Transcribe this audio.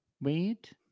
Wait